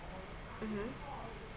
mm